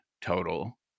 total